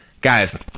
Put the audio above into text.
guys